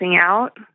out